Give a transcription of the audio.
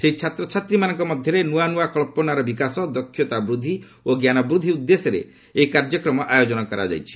ସେହି ଛାତ୍ରଛାତ୍ରୀମାନଙ୍କ ମଧ୍ୟରେ ନ୍ତଆ ନୂଆ କଳ୍ପନାର ବିକାଶ ଦକ୍ଷତା ବୃଦ୍ଧି ଓ ଜ୍ଞାନବୃଦ୍ଧି ଉଦ୍ଦେଶ୍ୟର ଏହି କାର୍ଯ୍ୟକ୍ରମର ଆୟୋଜନ କରାଯାଇଛି